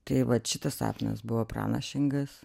tai vat šitas sapnas buvo pranašingas